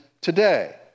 today